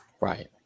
Right